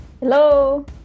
Hello